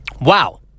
Wow